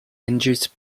induced